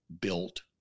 built